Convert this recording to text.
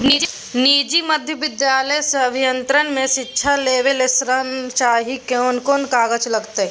निजी महाविद्यालय से अभियंत्रण मे शिक्षा लेबा ले ऋण चाही केना कोन कागजात लागतै?